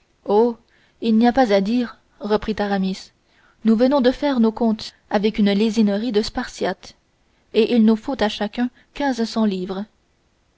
il n'y a pas à dire reprit aramis nous venons de faire nos comptes avec une lésinerie de spartiates et il nous faut à chacun quinze cents livres